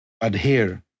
adhere